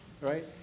right